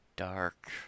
dark